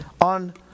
on